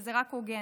וזה רק הוגן.